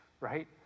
right